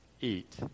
eat